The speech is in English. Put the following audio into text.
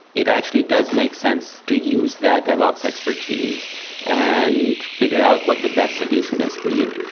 it actually does make sense to use that dev ops expertise and figure out what the best solution is for you.